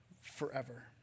forever